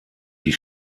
die